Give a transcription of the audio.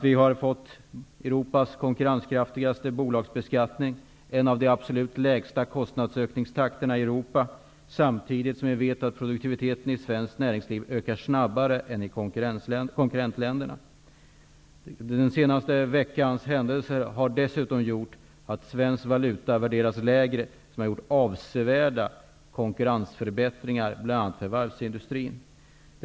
Vi har fått Europas konkurrenskraftigaste bolagsbeskattning och en av de absolut lägsta kostnadsökningstakterna i Europa, och vi vet samtidigt att produktiviteten i svenskt näringsliv ökar snabbare än i konkurrentländerna. Den senaste veckans händelser har dessutom gjort att svensk valuta värderas lägre, vilket lett till avsevärda konkurrensförbättringar, bl.a. för varvsindustrin.